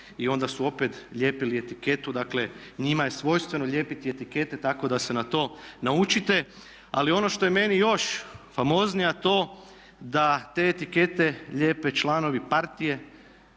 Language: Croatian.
i onda su opet lijepili etiketu, dakle njima je svojstveno lijepiti etikete tako da se na to naučite. Ali ono što je meni još famoznije, a to da te etikete lijepe članovi partije